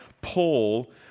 Paul